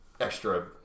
extra